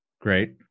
Great